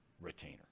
retainer